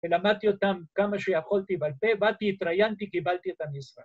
‫ולמדתי אותם כמה שיכולתי באלפי, ‫באתי, התראיינתי, קיבלתי את המשרה.